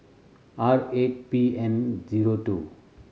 R eight P N zero two